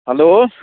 hello